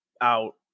out